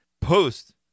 post